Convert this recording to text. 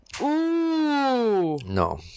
No